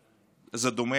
זה דומה להפליא,